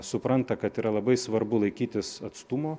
supranta kad yra labai svarbu laikytis atstumo